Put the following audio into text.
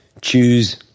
choose